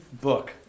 book